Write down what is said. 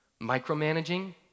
micromanaging